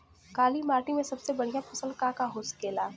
काली माटी में सबसे बढ़िया फसल का का हो सकेला?